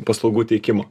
paslaugų teikimo